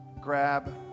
grab